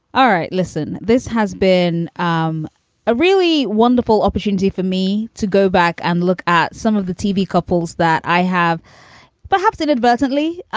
all right. listen, this has been um a really wonderful opportunity for me to go back and look at some of the tv couples that i have perhaps inadvertently ah